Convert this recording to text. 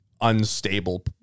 unstable